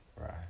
Right